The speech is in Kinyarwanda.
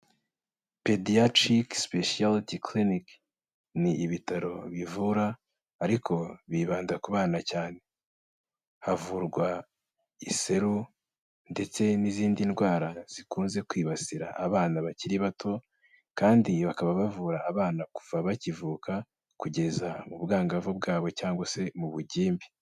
Pediatric Specialty Clinic ni ibitaro bivura ariko bibanda ku bana cyane. Havurwa iseru ndetse n'izindi ndwara zikunze kwibasira abana bakiri bato kandi bakaba bavura abana kuva bakivuka kugeza mu bwangavu bwabo cyangwa se mu bugimbi.